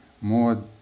more